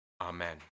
amen